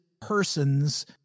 persons